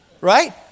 Right